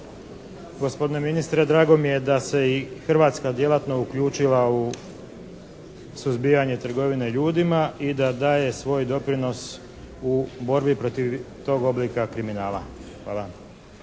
Gospodine ministre drago mi je da se i hrvatska djelatna uključila u suzbijanje trgovine ljudima i da daje svoj doprinos u borbi protiv tog oblika kriminala. Hvala.